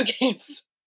games